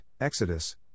Exodus